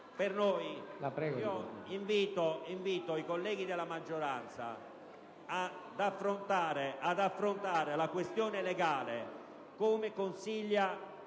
invito i senatori della maggioranza ad affrontare la questione legale come consiglia